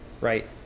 right